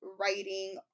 writing